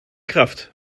kraft